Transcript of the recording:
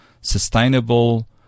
sustainable